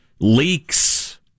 Leaks